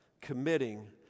committing